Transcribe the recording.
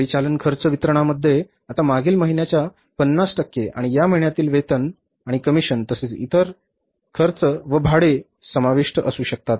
परिचालन खर्च वितरणामध्ये आता मागील महिन्यांचा 50 टक्के आणि या महिन्यातील वेतन आणि कमिशन तसेच इतर व भाडे खर्चाचा समावेश असू शकतो